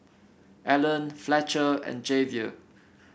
Alan Fletcher and Javier